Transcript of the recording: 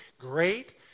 great